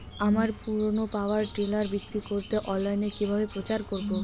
আমার পুরনো power tiller বিক্রি করাতে অনলাইনে কিভাবে প্রচার করব?